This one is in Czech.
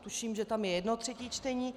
Tuším, že tam je jedno třetí čtení.